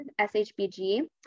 SHBG